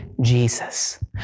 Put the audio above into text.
Jesus